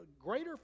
greater